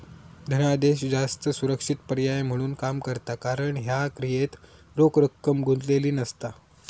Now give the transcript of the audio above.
धनादेश जास्त सुरक्षित पर्याय म्हणून काम करता कारण ह्या क्रियेत रोख रक्कम गुंतलेली नसता